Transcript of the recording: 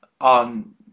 on